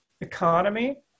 economy